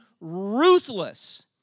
ruthless